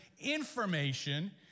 information